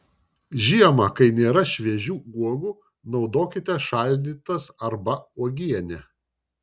žiemą kai nėra šviežių uogų naudokite šaldytas arba uogienę